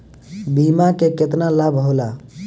बीमा के केतना लाभ होला?